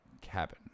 Cabin